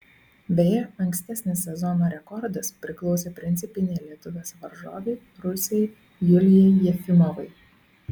beje ankstesnis sezono rekordas priklausė principinei lietuvės varžovei rusei julijai jefimovai